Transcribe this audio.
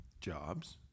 jobs